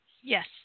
yes